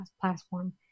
platform